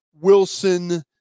Wilson